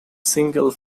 single